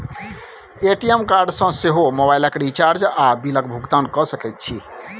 ATM card सँ सेहो मोबाइलक रिचार्ज आ बिलक भुगतान कए सकैत छी